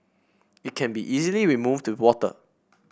it can be easily removed with water